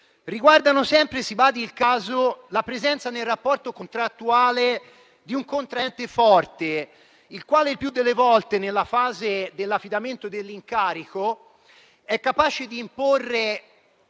riguardano sempre la presenza nel rapporto contrattuale di un contraente forte, il quale il più delle volte, nella fase dell'affidamento dell'incarico, è capace di imporre